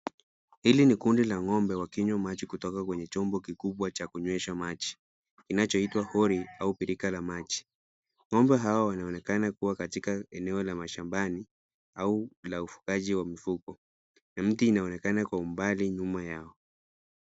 Hili ni kundi la ng'ombe wakinywa maji kutoka kwenye chombo kikubwa cha kunywesha maji kinachoitwa horrey au birika la maji. Ng'ombe hao wanaonekana kuwa katika eneo la mashambani au la ufugaji wa mifugo, na mti inaonekana kwa umbali nyuma yao.